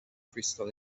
crystal